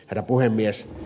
herra puhemies